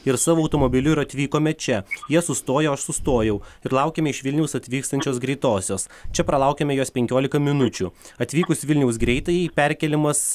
ir savo automobiliu ir atvykome čia jie sustojo aš sustojau ir laukėme iš vilniaus atvykstančios greitosios čia pralaukėme jos penkiolika minučių atvykus vilniaus greitajai perkėlimas